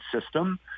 system